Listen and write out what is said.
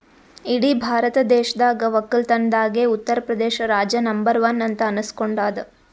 ಇಡೀ ಭಾರತ ದೇಶದಾಗ್ ವಕ್ಕಲತನ್ದಾಗೆ ಉತ್ತರ್ ಪ್ರದೇಶ್ ರಾಜ್ಯ ನಂಬರ್ ಒನ್ ಅಂತ್ ಅನಸ್ಕೊಂಡಾದ್